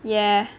yeah